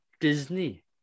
Disney